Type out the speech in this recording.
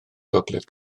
gogledd